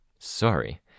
Sorry